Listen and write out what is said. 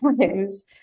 times